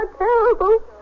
terrible